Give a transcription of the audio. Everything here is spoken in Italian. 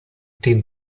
team